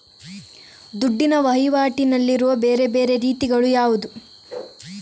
ದುಡ್ಡಿನ ವಹಿವಾಟಿನಲ್ಲಿರುವ ಬೇರೆ ಬೇರೆ ರೀತಿಗಳು ಯಾವುದು?